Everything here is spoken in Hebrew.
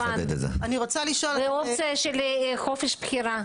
אופציה של חופש בחירה.